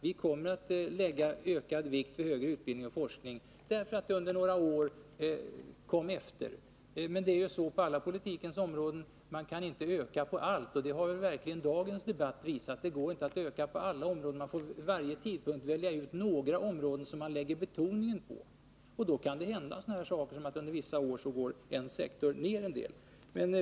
Vi kommer att lägga ökad vikt vid högre utbildning och forskning, därför att detta område under några år kom efter, men det är så på alla politikens områden att man inte kan öka på allt. Det har verkligen dagens debatt visat. Man måste vid varje tidpunkt välja några områden som man lägger betoning på. Då kan det hända att en viss sektor under vissa år går ner.